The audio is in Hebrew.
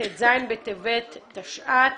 ט"ז בטבת תשע"ט.